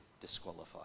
disqualified